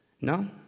No